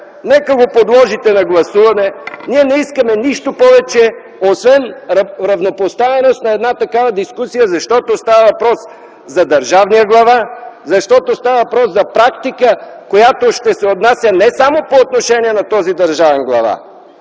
нека го подложите на гласуване. Ние не искаме нищо повече, освен равнопоставеност на една такава дискусия, защото става въпрос за държавния глава, защото става въпрос за практика, която ще се отнася не само по отношение на този държавен глава.